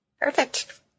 Perfect